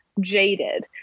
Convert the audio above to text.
jaded